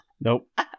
Nope